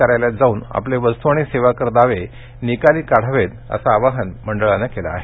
कार्यालयात जाऊन आपले वस्तू आणि सेवा कर दावे निकाली काढावेत असं आवाहन मंडळानं केलं आहे